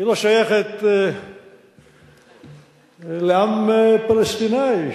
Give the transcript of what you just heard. היא לא שייכת לעם פלסטיני,